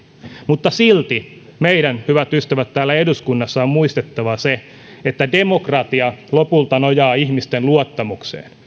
mutta silti meidän hyvät ystävät on täällä eduskunnassa muistettava se että demokratia lopulta nojaa ihmisten luottamukseen